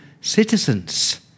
citizens